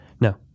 No